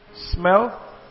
smell